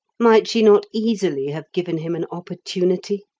might she not easily have given him an opportunity?